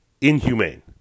Inhumane